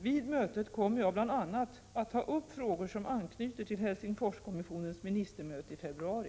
Vid mötet kommer jag bl.a. att ta upp frågor som anknyter till Helsingforskommissionens ministermöte i februari.